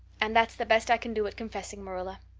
and that's the best i can do at confessing, marilla.